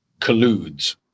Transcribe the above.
colludes